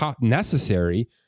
necessary